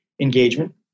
engagement